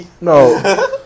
No